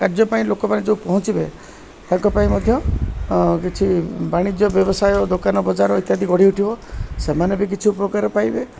କାର୍ଯ୍ୟ ପାଇଁ ଲୋକମାନେ ଯେଉଁ ପହଞ୍ଚିବେ ତାଙ୍କ ପାଇଁ ମଧ୍ୟ କିଛି ବାଣିଜ୍ୟ ବ୍ୟବସାୟ ଦୋକାନ ବଜାର ଇତ୍ୟାଦି ଗଢ଼ି ଉଠିବ ସେମାନେ ବି କିଛି ଉପକାର ପାଇବେ